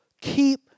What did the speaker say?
keep